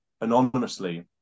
anonymously